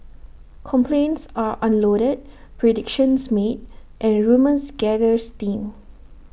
complaints are unloaded predictions made and rumours gather steam